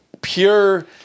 pure